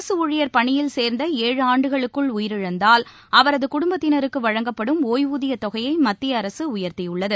அரசு ஊழியர் பணியில் சேர்ந்த ஏழு ஆண்டுகளுக்குள் உயிரிழந்தால் அவரது குடும்பத்தினருக்கு வழங்கப்படும் ஒய்வூதியத்தொகையை மத்திய அரசு உயர்த்தியுள்ளது